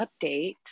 update